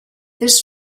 this